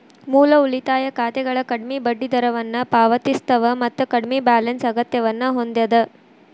ಮೂಲ ಉಳಿತಾಯ ಖಾತೆಗಳ ಕಡ್ಮಿ ಬಡ್ಡಿದರವನ್ನ ಪಾವತಿಸ್ತವ ಮತ್ತ ಕಡ್ಮಿ ಬ್ಯಾಲೆನ್ಸ್ ಅಗತ್ಯವನ್ನ ಹೊಂದ್ಯದ